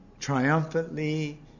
triumphantly